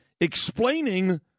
explaining